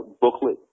booklet